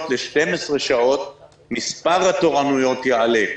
ל-12 שעות מספר התורנויות יעלה.